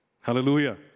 Hallelujah